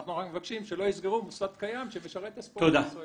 אנחנו רק מבקשים שלא יסגרו מוסד קיים שמשרת את הספורט הישראלי.